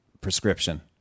prescription